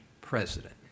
president